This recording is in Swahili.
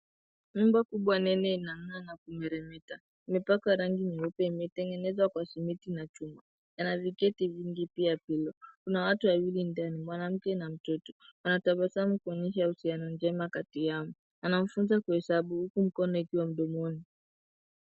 Nyumba kubwa nene inangaa na kumereremeta imepakwa rangi nyeupe imetengenezwa kwa simiti na chuma ina viketi vingi pia vioo. Kuna watu wawili ndani mwanamke na mtoto wanatabasamu kuonyesha uhusiano njema kati yao. anamfunza kuhesabu huku mkono ikiwa mdomoni.